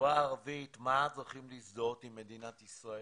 החברה הערבית, מה הדרכים להזדהות עם מדינת ישראל,